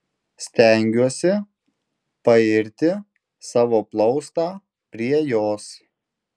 stengiuosi pairti savo plaustą prie jos